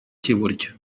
cy’iburyo